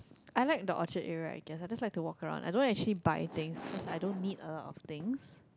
I like the orchard area I guess I just like to walk around I don't actually buy things because I don't need a lot of things